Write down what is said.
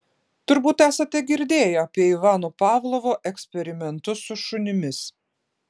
turbūt esate girdėję apie ivano pavlovo eksperimentus su šunimis